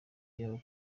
yuko